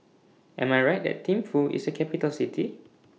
Am I Right that Thimphu IS A Capital City